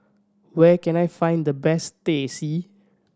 where can I find the best Teh C